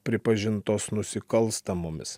pripažintos nusikalstamomis